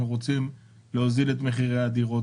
אנחנו רוצים להוזיל את מחירי הדירות